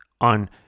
on